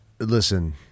Listen